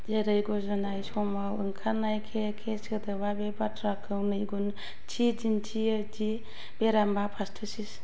जेरै गुजुनाय समाव ओंखारनाय खे खे सोदोबा बे बाथ्राखौ नैगुन थि दिन्थियो दि बेरामा पारटुसिस